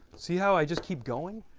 see how i just keep going?